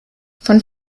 von